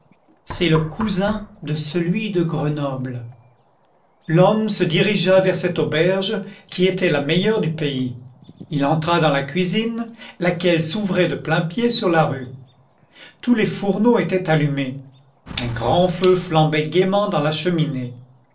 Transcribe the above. c'est le cousin de celui de grenoble l'homme se dirigea vers cette auberge qui était la meilleure du pays il entra dans la cuisine laquelle s'ouvrait de plain-pied sur la rue tous les fourneaux étaient allumés un grand feu flambait gaîment dans la cheminée